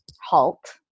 halt